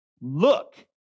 look